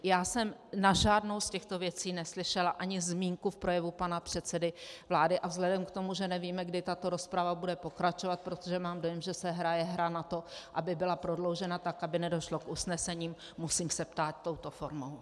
Já jsem na žádnou z těchto věcí neslyšela ani zmínku v projevu pana předsedy vlády a vzhledem k tomu, že nevíme, kdy tato rozprava bude pokračovat, protože mám dojem, že se hraje hra na to, aby byla prodloužena tak, aby nedošlo k usnesení, musím se ptát touto formou.